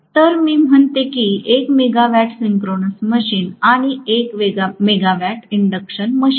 तर मी म्हणते की 1 मेगावॅट सिंक्रोनस मशीन आणि 1 मेगावॅट इंडक्शन मशीन